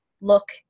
look